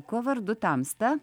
kuo vardu tamsta